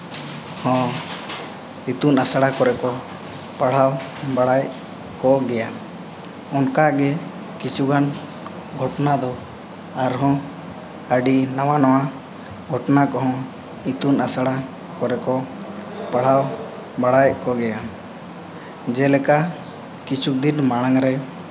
ᱦᱚᱸ ᱤᱛᱩᱱ ᱟᱥᱲᱟ ᱠᱚᱨᱮ ᱠᱚ ᱯᱟᱲᱦᱟᱣ ᱵᱟᱲᱟᱭ ᱠᱚᱜᱮᱭᱟ ᱚᱱᱠᱟ ᱜᱮ ᱠᱤᱪᱷᱩᱜᱟᱱ ᱜᱷᱚᱴᱚᱱᱟ ᱫᱚ ᱟᱨᱦᱚᱸ ᱟᱹᱰᱤ ᱱᱟᱣᱟ ᱱᱟᱣᱟ ᱜᱷᱚᱴᱚᱱᱟ ᱠᱚᱦᱚᱸ ᱤᱛᱩᱱ ᱟᱥᱲᱟ ᱠᱚᱨᱮ ᱠᱚ ᱯᱟᱲᱦᱟᱣ ᱵᱟᱲᱟᱭᱮᱫ ᱠᱚᱜᱮᱭᱟ ᱡᱮᱞᱮᱠᱟ ᱠᱤᱪᱷᱩᱫᱤᱱ ᱢᱟᱲᱟᱝ ᱨᱮ